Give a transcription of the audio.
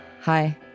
Hi